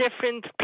different